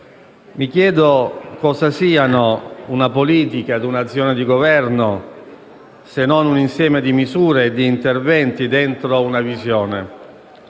Mi chiedo cosa siano una politica e un'azione di Governo, se non un insieme di misure e di interventi all'interno di una visione.